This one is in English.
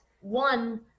one